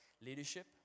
leadership